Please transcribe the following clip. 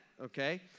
okay